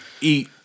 eat